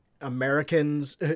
americans